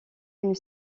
une